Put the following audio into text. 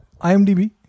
IMDb